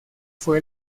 fue